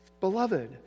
Beloved